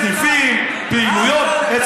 אתה לא מתבייש,